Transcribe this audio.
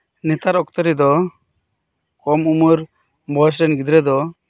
ᱱᱮᱛᱟᱨ ᱚᱠᱛᱮ ᱨᱮᱫᱚ ᱠᱚᱢ ᱩᱢᱮᱨ ᱵᱚᱭᱮᱥ ᱨᱮᱱ ᱜᱤᱫᱽᱨᱟᱹ ᱫᱚ